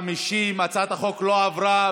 50. הצעת החוק לא עברה,